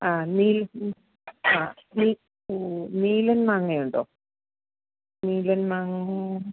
ആ നീല ആ നീ ഓ നീലൻ മാങ്ങയുണ്ടോ നീലൻ മാങ്ങ